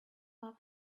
love